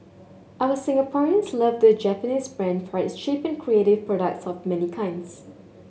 our Singaporeans love the Japanese brand for its cheap and creative products of many kinds